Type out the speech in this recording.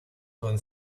con